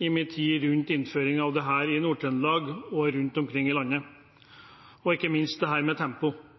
i min tid rundt innføring av dette i Nord-Trøndelag og rundt omkring i landet, ikke minst dette med tempo, at det er så viktig å ha tempo